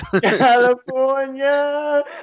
California